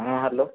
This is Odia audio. ହଁ ହ୍ୟାଲୋ